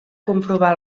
comprovar